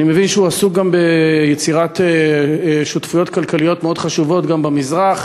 אני מבין שהוא עסוק ביצירת שותפויות כלכליות מאוד חשובות גם במזרח,